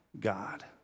God